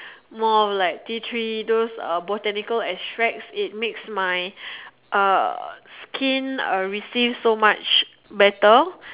more of like tea tree those uh botanical extract it makes my uh skin uh receive so much better